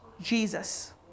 Jesus